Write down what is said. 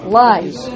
lies